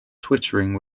twittering